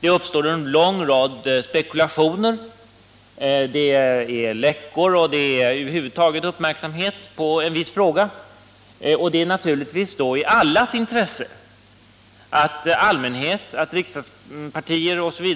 Det uppstår en lång rad spekulationer, läckor och allmän uppmärksamhet i en viss fråga, och det är naturligtvis då i allas intresse att allmänheten, riksdagspartierna osv.